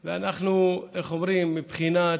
ואנחנו, איך אומרים, בבחינת,